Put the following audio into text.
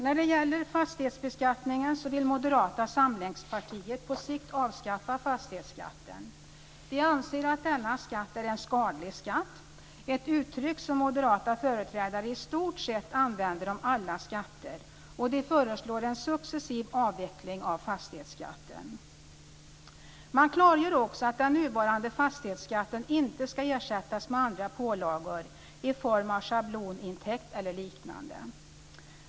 När det gäller fastighetsbeskattningen vill Moderata samlingspartiet på sikt avskaffa fastighetsskatten. De anser att denna skatt är en skadlig skatt - ett uttryck som moderata företrädare använder om i stort sett alla skatter - och de föreslår en successiv avveckling av fastighetsskatten. Man klargör också att den nuvarande fastighetsskatten inte ska ersättas med andra pålagor i form av schablonintäkt eller liknade.